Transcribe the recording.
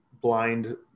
blind